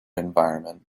environment